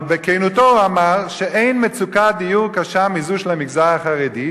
אבל בכנותו הוא אמר שאין מצוקת דיור קשה מזו של המגזר החרדי,